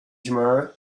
tomorrow